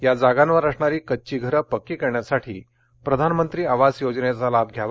या जागांवर असणारी कझी घरं पक्की करण्यासाठी प्रधानमंत्री आवास योजनेचा लाभ घ्यावा